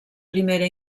primera